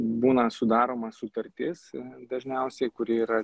būna sudaroma sutartis dažniausiai kuri yra